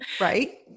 right